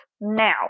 now